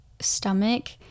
stomach